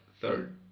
third